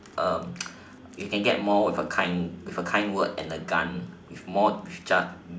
err you can get more with a kind with a kind word and a gun with more jus~